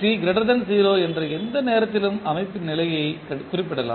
t 0 என்ற எந்த நேரத்திலும் அமைப்பின் நிலையை குறிப்பிடலாம்